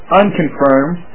unconfirmed